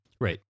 Right